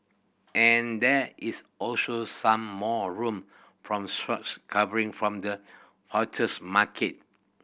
and there is also some more room from short covering from the futures market